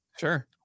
Sure